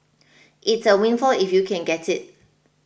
it's a windfall if you can get it